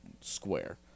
square